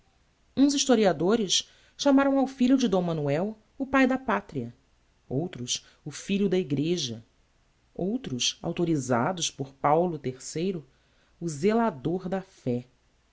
uns historiadores chamaram ao filho de d manoel o pai da patria outros o filho da igreja outros authorisados por paulo iii o zelador da fé